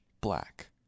black